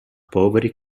poveri